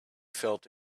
felt